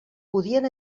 podien